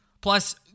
Plus